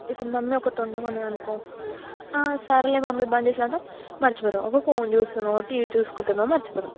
ఇప్పుడు మమ్మీ ఒకటి వండమన్నారు అనుకో ఆ సర్లే మమ్మీ బంద్ చేస్తా అంటాం మర్చిపోతాం ఒక ఫోన్ చూస్తూనో టీవీ చూసుకుంటానో మర్చిపోతాం